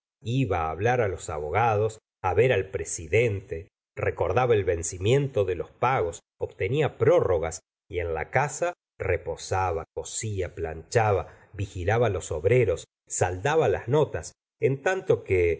iba hablar los abogados ver al presidente recordaba el vencimiento de los pagos obtenía prórrogas y en la casa reposaba cosía planchaba vigilaba los obreros saldaba las notas en tanto que